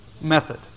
method